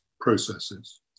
processes